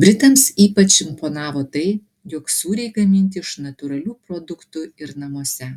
britams ypač imponavo tai jog sūriai gaminti iš natūralių produktų ir namuose